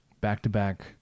back-to-back